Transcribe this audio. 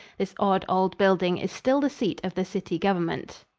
this odd old building is still the seat of the city government.